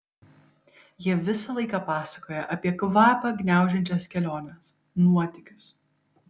jie visą laiką pasakoja apie kvapią gniaužiančias keliones nuotykius